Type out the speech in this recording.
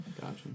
Gotcha